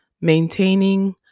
maintaining